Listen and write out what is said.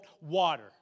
water